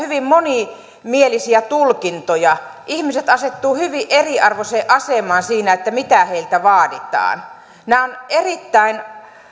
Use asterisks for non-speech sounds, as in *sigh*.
*unintelligible* hyvin monimielisiä tulkintoja ihmiset asettuvat hyvin eriarvoiseen asemaan siinä mitä heiltä vaaditaan nämä ovat erittäin